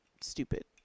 stupid